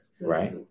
Right